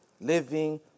living